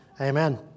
Amen